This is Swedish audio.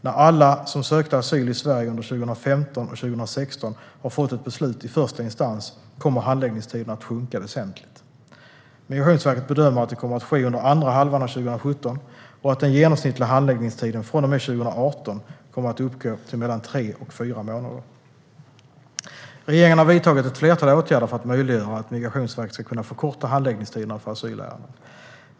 När alla som sökte asyl i Sverige under 2015 och 2016 har fått ett beslut i första instans kommer handläggningstiderna att sjunka väsentligt. Migrationsverket bedömer att det kommer att ske under andra halvan av 2017 och att den genomsnittliga handläggningstiden från och med 2018 kommer att uppgå till mellan tre och fyra månader. Regeringen har vidtagit ett flertal åtgärder för att möjliggöra att Migrationsverket ska kunna förkorta handläggningstiderna för asylärenden.